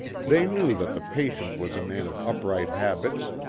they knew that the patient was a man of upright habits,